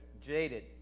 jaded